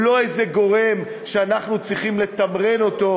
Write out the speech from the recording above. הוא לא איזה גורם שאנחנו צריכים לתמרן אותו,